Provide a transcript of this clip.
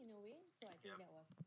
yup